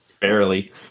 Barely